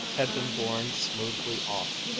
had been borne smoothly off,